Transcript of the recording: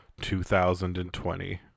2020